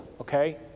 okay